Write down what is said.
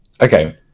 Okay